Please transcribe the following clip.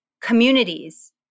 communities